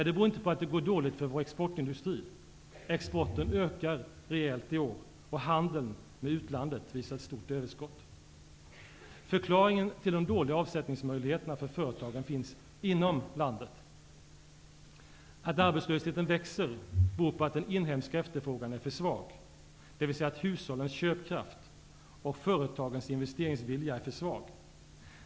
Det beror inte på att det går dåligt för vår exportindustri. Exporten ökar rejält i år och handeln med utlandet visar ett stort överskott. Förklaringen till de dåliga avsättningsmöjligheterna för företagen finns inom landet. Att arbetslösheten växer beror på att den inhemska efterfrågan är för svag, dvs. att hushållens köpkraft och företagens investeringsvilja är för svaga.